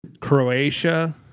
Croatia